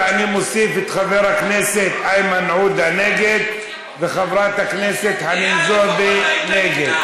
ואני מוסיף את חבר הכנסת איימן עודה נגד ואת חברת הכנסת חנין זועבי נגד.